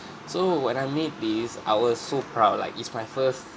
so when I made this I was so proud like it's my first